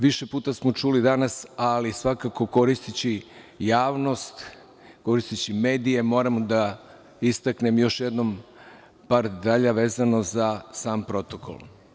Više puta smo čuli danas, ali svakako koristeći javnost, koristeći medije, moram da istaknem još jednom par detalja vezano za sam protokol.